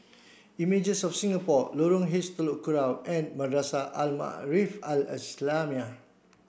Images of Singapore Lorong H Telok Kurau and Madrasah Al Maarif Al Islamiah